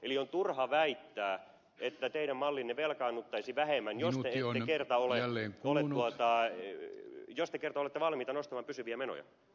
eli on turha väittää että teidän mallinne velkaannuttaisi vähemmän jos john kerry oleellinen puoli vuotta arny te kerta olette valmiita nostamaan pysyviä menoja